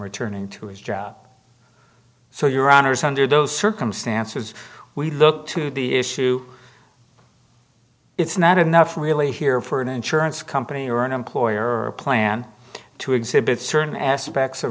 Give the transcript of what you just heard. returning to his job so your honor is under those circumstances we look to the issue it's not enough really here for an insurance company or an employer or a plan to exhibit certain aspects of